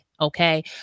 okay